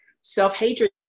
self-hatred